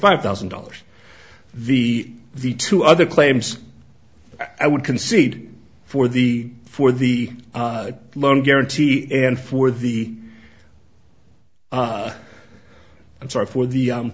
five thousand dollars the the two other claims i would concede for the for the loan guarantee and for the i'm sorry for the